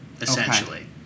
essentially